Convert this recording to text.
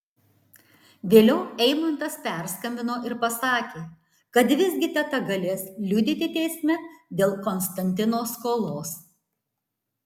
vėliau eimantas perskambino ir pasakė kad visgi teta galės liudyti teisme dėl konstantino skolos